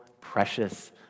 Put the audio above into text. precious